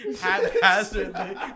haphazardly